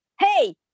hey